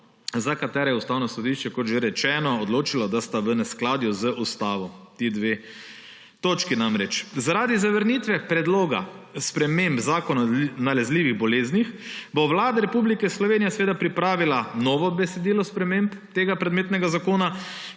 za kateri je Ustavno sodišče, kot že rečeno, odločilo, da sta ti dve točki v neskladju z Ustavo. Zaradi zavrnitve predloga sprememb Zakona o nalezljivih boleznih bo Vlada Republike Slovenije seveda pripravila novo besedilo sprememb tega predmetnega zakona,